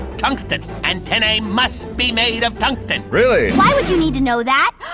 tungsten! antennae must be made of tungsten. really? why would you need to know that?